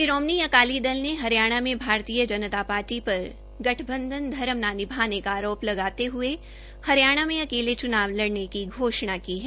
शिरोमणि अकाली दल ने हरियाणा में भारतीय जनता पार्टी पर गठबंधन धर्म न निभाने का आरोप लगाते हऐ हरियाणा में अकेले च्नाव लड़ने की घोषणा की है